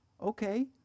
okay